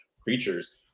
creatures